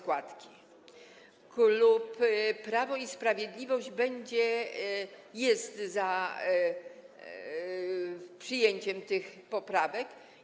Klub Prawo i Sprawiedliwość jest za przyjęciem tych poprawek.